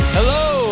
Hello